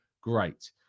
great